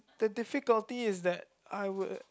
the difficulty is that I will